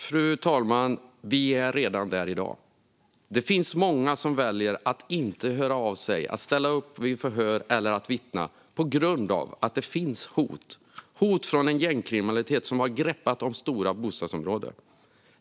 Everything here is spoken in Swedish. Fru talman! Vi är redan där i dag. Det finns många som väljer att inte höra av sig, inte ställa upp vid förhör eller inte vittna. Orsaken är hot från en gängkriminalitet som har greppet om stora bostadsområden.